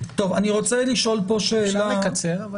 אפשר לקצר?